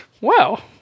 Wow